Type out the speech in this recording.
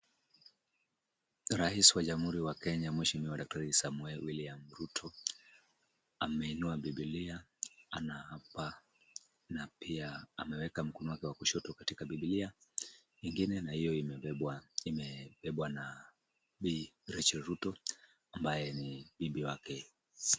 Rais wa Jamhuri wa Kenya mheshimiwa daktari Samoei William Ruto, ameinua bibilia anaapa na pia ameweka mkono wake wa kushoto katika bibilia ingine na hiyo imebebwa na Bi Rachael Ruto ambaye ni bibi wake.